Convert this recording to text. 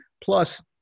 plus